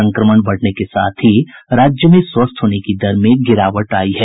संक्रमण बढ़ने के साथ ही राज्य में स्वस्थ होने की दर में भी गिरावट आयी है